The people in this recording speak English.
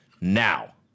now